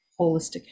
holistic